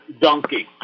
donkey